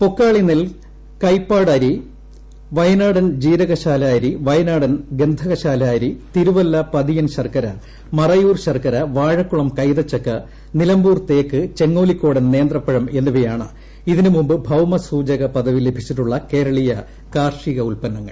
പൊക്കാളി നെൽ കൈപ്പാട് അരി വയനാടൻ ജീരകശാല അരി വയനാടൻ ഗന്ധകശാല അരി തിരുവല്ല പതിയൻ ശർക്കര മറയൂർ ശർക്കര വാഴക്കുളം കൈതച്ചക്ക നിലമ്പൂർ തേക്ക് ചെങ്ങാലിക്കോടൻ നേന്ത്രപ്പഴം എന്നിവയാണ് ഇതിന് മുമ്പ് ഭൌമസൂചക പദവി ലഭിച്ചിട്ടുളള കേരളീയ കാർഷിക ഉൽപ്പന്നങ്ങൾ